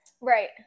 Right